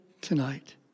tonight